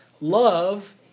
love